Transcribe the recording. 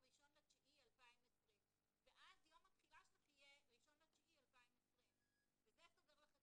שזה הופך להיות חובה ועד שאת יכולה למלא את